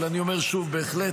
אבל אני אומר שוב שבהחלט,